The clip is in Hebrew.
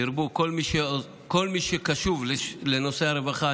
ירבו כל מי שקשובים לנושא הרווחה.